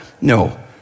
No